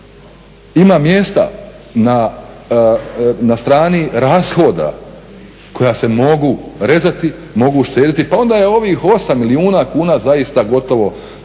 ima mjesta na strani rashoda koja se mogu rezati, mogu štediti pa onda je ovih 8 milijuna kuna zaista gotovo ja bih